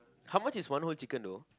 how much is one whole chicken though